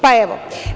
Pa, evo.